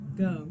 go